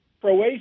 Croatia